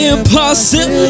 impossible